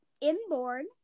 inborn